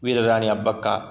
वीरराणि Abbakka